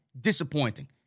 disappointing